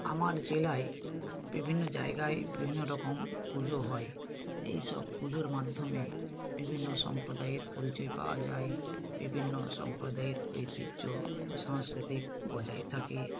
আমার জেলায় বিভিন্ন জায়গায় বিভিন্ন রকম পুজো হয় এইসব পুজোর মাধ্যমে বিভিন্ন সম্প্রদায়ের পরিচয় পাওয়া যায় বিভিন্ন সম্প্রদায়ের ঐতিহ্য ও সংস্কৃতি বজায় থাকে